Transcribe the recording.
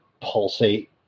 pulsate